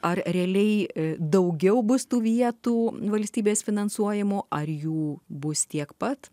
ar realiai daugiau bus tų vietų valstybės finansuojamų ar jų bus tiek pat